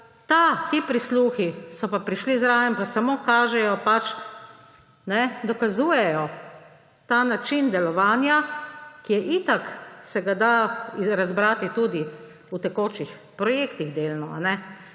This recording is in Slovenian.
Ti prisluhi so prišli zraven pa samo kažejo, dokazujejo ta način delovanja, ki je itak, da se ga delno razbrati tudi v tekočih projektih.